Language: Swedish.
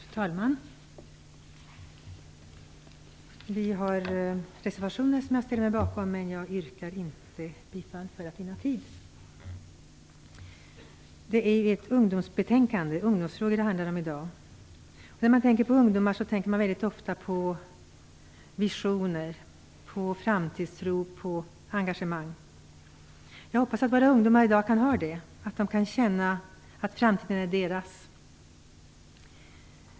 Fru talman! Kristdemokraterna har reservationer till detta betänkande som jag ställer mig bakom, men jag yrkar för att vinna tid inte bifall till dem. Detta är ett ungdomsbetänkande, och det handlar i dag om ungdomsfrågor. När man tänker på ungdomar tänker man väldigt ofta på visioner, framtidstro och engagemang. Jag hoppas att alla ungdomar i dag kan ha det, att de kan känna att chanserna är deras.